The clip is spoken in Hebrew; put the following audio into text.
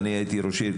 אם אני הייתי ראש עיר.